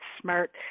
smart